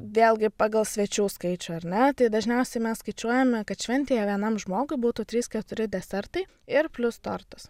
vėlgi pagal svečių skaičių ar ne tai dažniausiai mes skaičiuojame kad šventėje vienam žmogui būtų trys keturi desertai ir plius tortas